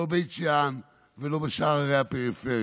לא בבית שאן ולא בשאר ערי הפריפריה.